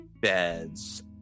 beds